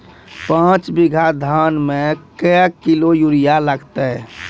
पाँच बीघा धान मे क्या किलो यूरिया लागते?